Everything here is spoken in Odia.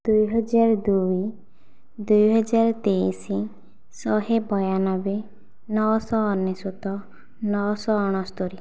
ଦୁଇ ହଜାର ଦୁଇ ଦୁଇ ହଜାର ତେଇଶ ଶହେ ବୟାନବେ ନଅ ଶହ ଅନେଶତ ନଅ ଶହ ଅଣସ୍ତରି